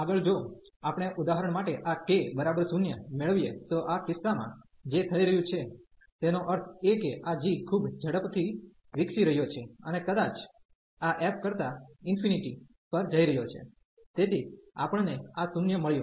આગળ જો આપણે ઉદાહરણ માટે આ k 0 મેળવીએ તો આ કિસ્સામાં જે થઈ રહ્યું છે તેનો અર્થ એ કે આ g ખૂબ ઝડપથી વિકસી રહ્યો છે અને કદાચ આ f કરતા ∞ પર જઈ રહ્યો છે તેથી આપણ ને આ 0 મળ્યું